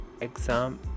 exam